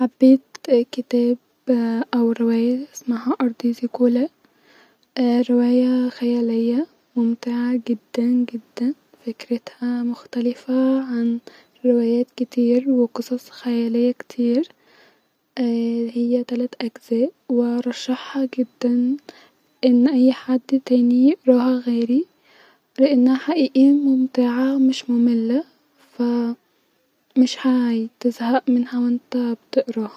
بحب كذا نوع من الموسيقي بحب الكلاسيك العادي لما احب ان انا اهدي اعصابي-و بحب الراب جدا لما بكون عايزه ان انا اهيبر شويه وفرحانه